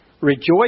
rejoice